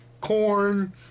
Corn